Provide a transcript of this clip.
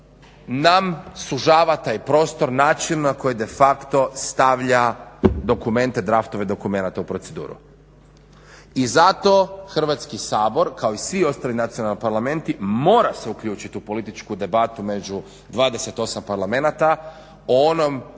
nam sužava taj prostor način na koji de facto stavlja dokumente, draftove dokumenata u proceduru. I zato Hrvatski sabor, kao i svi ostali nacionalni parlamenti mora se uključiti u političku debatu među 28 parlamenata o onom